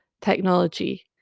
Technology